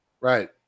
Right